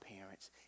parents